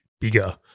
bigger